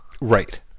Right